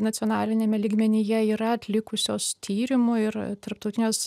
nacionaliniame lygmenyje yra atlikusios tyrimų ir tarptautinios